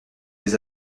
des